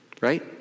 Right